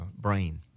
brain